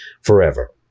forever